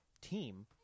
team